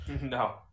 No